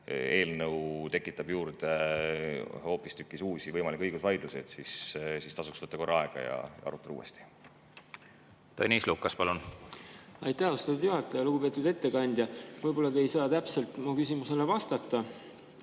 eelnõu tekitab juurde hoopistükkis uusi võimalikke õigusvaidlusi, siis tasuks võtta korra aega ja arutada uuesti. Tõnis Lukas, palun! Aitäh, austatud juhataja! Lugupeetud ettekandja! Võib-olla te ei saa täpselt mu küsimusele vastata